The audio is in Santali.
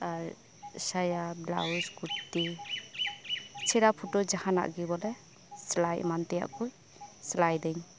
ᱟᱨ ᱥᱟᱭᱟ ᱵᱞᱟᱣᱩᱡ ᱠᱩᱨᱛᱤ ᱪᱷᱮᱲᱟ ᱯᱷᱩᱴᱚ ᱡᱟᱦᱟᱱᱟᱜ ᱜᱤ ᱵᱚᱞᱮ ᱥᱮᱞᱟᱭ ᱮᱢᱟᱱ ᱛᱮᱭᱟᱜ ᱠᱩᱡ ᱥᱮᱞᱟᱭᱮᱫᱟᱹᱧ